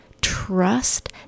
trust